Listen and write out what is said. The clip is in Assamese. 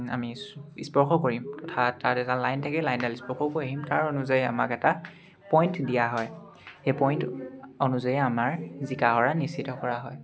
আমি ইস্ স্পৰ্শ কৰিম তথা তাত এটা লাইন থাকে সেই লাইনডাল স্পৰ্শ কৰিম তাৰ অনুযায়ী আমাক এটা পইণ্ট দিয়া হয় সেই পইণ্ট অনুযায়ী আমাৰ জিকা হৰা নিশ্চিত কৰা হয়